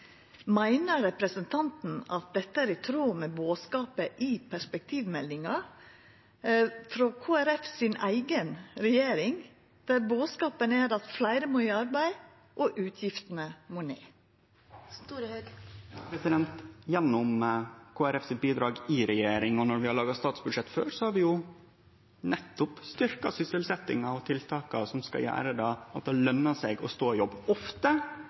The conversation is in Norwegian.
Meiner representanten at dette er i tråd med bodskapen i perspektivmeldinga frå Kristeleg Folkeparti si eiga regjering: at fleire må i arbeid og utgiftene må ned? Gjennom bidraga til Kristeleg Folkeparti i regjering og når vi har laga statsbudsjett før, har vi styrkt sysselsetjinga og tiltaka som skal gjere at det løner seg å stå i jobb, ofte